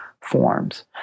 forms